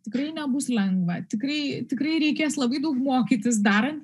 tikrai nebus lengva tikrai tikrai reikės labai daug mokytis darant